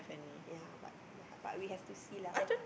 ya but but we have to see lah